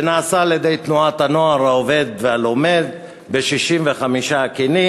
זה נעשה על-ידי תנועת "הנוער העובד והלומד" ב-65 קנים,